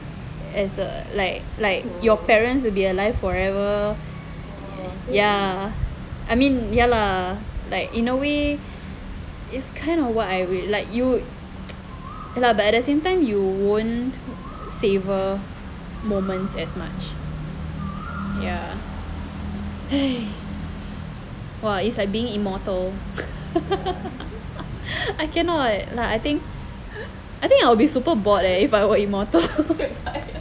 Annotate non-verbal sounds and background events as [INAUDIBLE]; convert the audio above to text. is a like like your parents will be alive forever ya I mean ya lah like in a way is kind of what I will like you and but at the same time you won't savour moments as much ya [BREATH] !wah! it's like being immortal [LAUGHS] I cannot like I think I think I'll be super bored leh if I were immortal [LAUGHS]